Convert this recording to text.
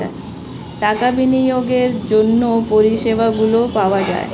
টাকা বিনিয়োগের জন্য পরিষেবাগুলো পাওয়া যায়